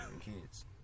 kids